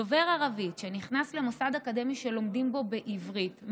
דובר ערבית שנכנס למוסד אקדמי שלומדים בו בעברית,